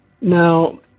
Now